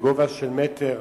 בגובה של מטר,